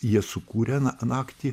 jie sukūrė naktį